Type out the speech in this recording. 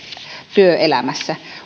työelämässä